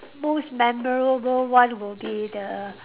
most memorable one will be the